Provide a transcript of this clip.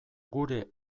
gure